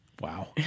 Wow